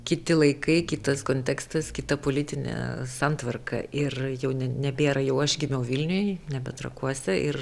kiti laikai kitas kontekstas kita politinė santvarka ir jau ne nebėra jau aš gimiau vilniuj nebe trakuose ir